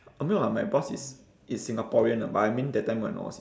I mean like my boss is is singaporean ah but I mean that time when I was